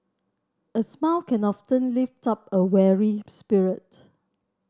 a smile can often lift up a weary spirit